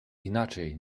inaczej